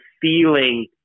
feeling